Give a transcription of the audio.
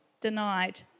denied